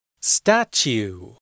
Statue